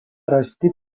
rasti